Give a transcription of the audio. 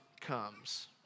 comes